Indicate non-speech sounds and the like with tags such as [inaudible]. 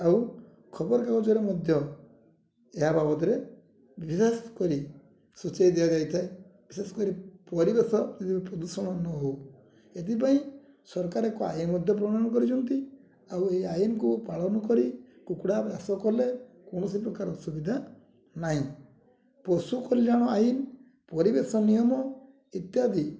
ଆଉ ଖବରକାଗଜରେ ମଧ୍ୟ ଏହା ବାବଦରେ ବିଶେଷ କରି ସୂଚାଇ ଦିଆଯାଇଥାଏ ବିଶେଷ କରି ପରିବେଶ [unintelligible] ପ୍ରଦୂଷଣ ନ ହଉ ଏଦିପାଇଁ ସରକାର ଏକ ଆଇନ ମଧ୍ୟ ପ୍ରଣୟନ କରିଛନ୍ତି ଆଉ ଏଇ ଆଇନକୁ ପାଳନ କରି କୁକୁଡ଼ା ବାସ କଲେ କୌଣସି ପ୍ରକାର ଅସୁବିଧା ନାହିଁ ପଶୁ କଲ୍ୟାଣ ଆଇନ ପରିବେଶ ନିୟମ ଇତ୍ୟାଦି